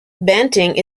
banting